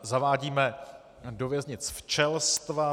Zavádíme do věznic včelstva.